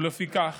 ולפיכך